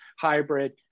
hybrid